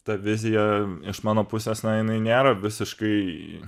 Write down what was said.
ta vizija iš mano pusės na jinai nėra visiškai